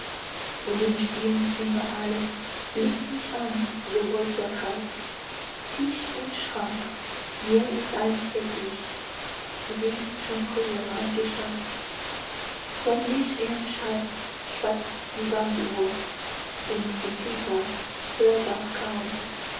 und im stillen zimmer alles blickt mich an so wohlvertraut tisch und schrank mir ist als hätt ich sie schon früher mal geschaut freundlich ernsthaft schwatzt die wanduhr und die zither hörbar kaum